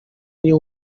nie